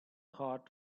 hot